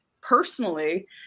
personally